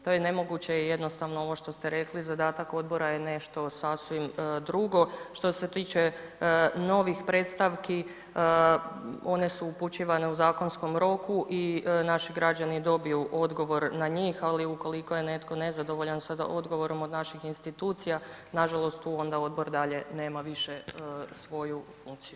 To je nemoguće jer jednostavno ovo što ste rekli zadatak odbora je nešto sasvim drugo. što se tiče novih predstavki, one su upućivane u zakonskom roku i naši građani dobiju odgovor na njih, ali ukoliko je netko nezadovoljan sada odgovorom od naših institucija, nažalost tu onda odbor dalje nema više svoju funkciju.